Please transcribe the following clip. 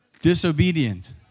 disobedient